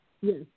Yes